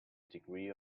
degree